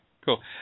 cool